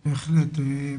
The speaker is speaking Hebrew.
בהחלט.